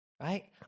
right